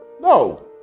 no